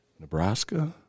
Nebraska